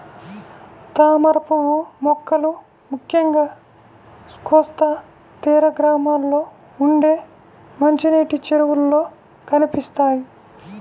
తామరపువ్వు మొక్కలు ముఖ్యంగా కోస్తా తీర గ్రామాల్లో ఉండే మంచినీటి చెరువుల్లో కనిపిస్తాయి